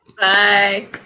Bye